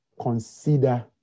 Consider